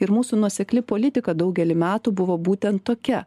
ir mūsų nuosekli politika daugelį metų buvo būtent tokia